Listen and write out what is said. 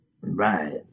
right